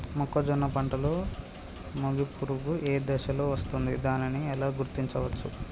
మొక్కజొన్న పంటలో మొగి పురుగు ఏ దశలో వస్తుంది? దానిని ఎలా గుర్తించవచ్చు?